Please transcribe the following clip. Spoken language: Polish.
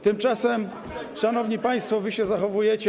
Tymczasem, szanowni państwo, wy się zachowujecie.